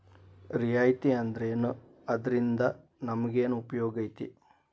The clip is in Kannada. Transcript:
ರಿಯಾಯಿತಿ ಅಂದ್ರೇನು ಅದ್ರಿಂದಾ ನಮಗೆನ್ ಉಪಯೊಗೈತಿ?